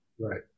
right